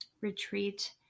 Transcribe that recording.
retreat